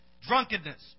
drunkenness